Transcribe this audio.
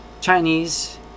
chinese